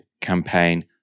campaign